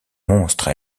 monstre